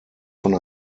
von